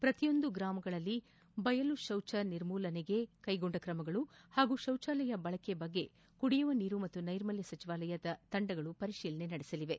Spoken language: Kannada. ಪ್ರತಿಯೊಂದು ಗ್ರಾಮಗಳಲ್ಲಿ ಬಯಲು ಶೌಚಾಲಯ ನಿರ್ಮೂಲನೆಗೆ ಕೈಗೊಂಡ ಕ್ರಮಗಳು ಹಾಗೂ ಶೌಚಾಲಯ ಬಳಕೆ ಕುರಿತು ಕುಡಿಯುವ ನೀರು ಮತ್ತು ನೈರ್ಮಲ್ಯ ಸಚಿವಾಲಯ ತಂಡಗಳು ಪರಿಶೀಲನೆ ನಡೆಸಲಿವೆ